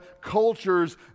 culture's